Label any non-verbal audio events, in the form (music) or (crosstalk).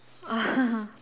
(laughs)